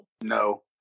no